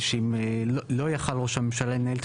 שאם לא יכול היה ראש הממשלה לנהל את